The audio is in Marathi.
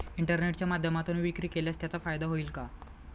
इंटरनेटच्या माध्यमातून विक्री केल्यास त्याचा फायदा होईल का?